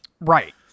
Right